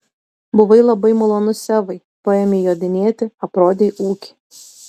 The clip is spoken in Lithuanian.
buvai labai malonus evai paėmei jodinėti aprodei ūkį